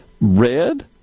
red